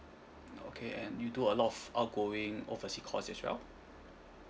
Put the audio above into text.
okay and you do a lot of outgoing oversea call as well